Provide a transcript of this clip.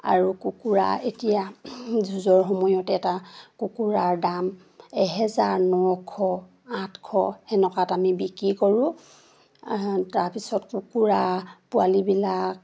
আৰু কুকুৰা এতিয়া যুঁজৰ সময়ত এটা কুকুৰাৰ দাম এহেজাৰ নশ আঠশ সেনেকুৱাত আমি বিক্ৰী কৰোঁ তাৰপিছত কুকুৰা পোৱালিবিলাক